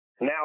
Now